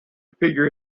figure